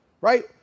right